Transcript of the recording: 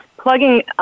plugging